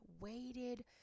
waited